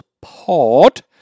pod